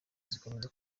zikomeza